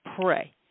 pray